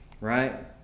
Right